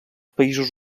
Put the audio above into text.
països